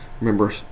Remember